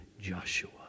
Joshua